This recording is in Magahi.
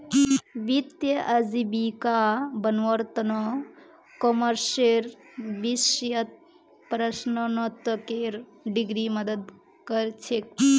वित्तीय आजीविका बनव्वार त न कॉमर्सेर विषयत परास्नातकेर डिग्री मदद कर छेक